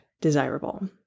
desirable